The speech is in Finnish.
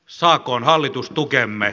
saakoon hallitus tukemme